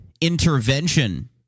intervention